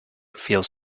feels